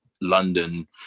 London